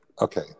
okay